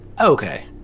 Okay